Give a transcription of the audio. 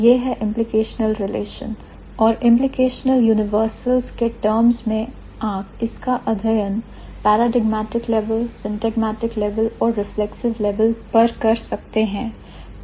यह है implicational relation और implicational universals के टॉमज में आप इसका अध्ययन paradigmatic level syntagmatic level और reflexive level कर सकते हैं